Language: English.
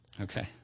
okay